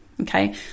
Okay